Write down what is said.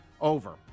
Over